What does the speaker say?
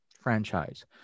franchise